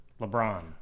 LeBron